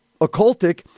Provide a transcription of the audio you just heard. occultic